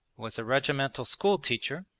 was a regimental schoolteacher,